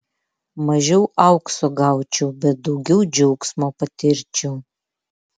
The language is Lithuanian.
mažiau aukso gaučiau bet daugiau džiaugsmo patirčiau